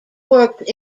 worked